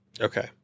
Okay